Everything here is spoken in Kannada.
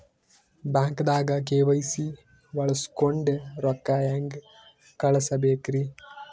ಬ್ಯಾಂಕ್ದಾಗ ಕೆ.ವೈ.ಸಿ ಬಳಸ್ಕೊಂಡ್ ರೊಕ್ಕ ಹೆಂಗ್ ಕಳಸ್ ಬೇಕ್ರಿ?